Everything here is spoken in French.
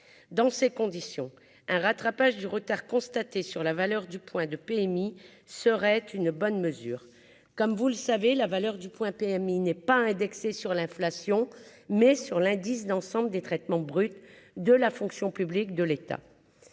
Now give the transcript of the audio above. dans ces conditions, un rattrapage du retard constaté sur la valeur du point de PMI, serait une bonne mesure, comme vous le savez, la valeur du point PMI n'est pas indexé sur l'inflation, mais sur l'indice d'ensemble des traitements bruts de la fonction publique de l'État,